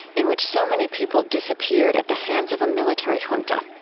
in which so many people disappeared at the hands of a military junta.